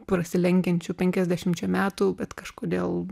prasilenkiančių penkiasdešimčia metų bet kažkodėl